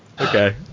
okay